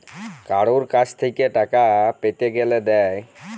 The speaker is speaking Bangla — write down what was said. কারুর কাছ থেক্যে টাকা পেতে গ্যালে দেয়